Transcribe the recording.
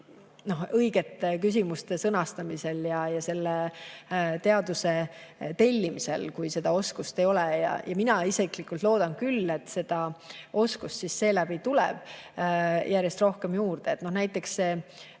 õigete küsimuste sõnastamisel ja teaduse tellimisel, kui seda oskust ei ole. Mina isiklikult loodan küll, et seda oskust seeläbi tuleb järjest rohkem juurde.